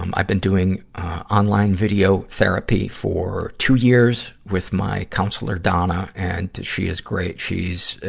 um i've been doing online video therapy for two years with my counselor, donna, and she is great. she's, ah,